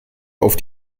auf